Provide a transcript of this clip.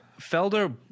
Felder